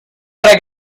para